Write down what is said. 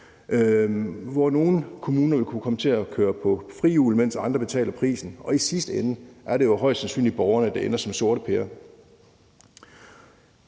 hvor nogle kommuner vil kunne komme til at køre på frihjul, mens andre betaler prisen. I sidste ende er det jo højst sandsynligt borgerne, der ender som sorteper.